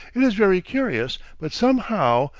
it is very curious, but somehow,